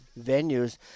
venues